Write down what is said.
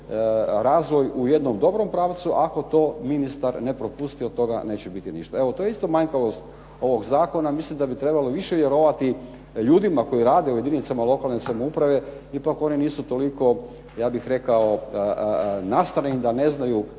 razvoj u jednom dobrom pravcu, ako to ministar ne propusti od toga neće biti ništa. Evo to je isto manjkavost ovog zakona. Mislim da bi trebalo više vjerovati ljudima koji rade u jedinicama lokalne samouprave, ipak oni nisu toliko ja bih rekao …/Govornik se ne